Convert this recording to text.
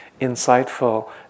insightful